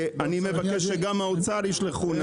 ואני מבקש שגם האוצר ישלחו נציג.